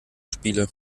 spiele